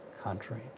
country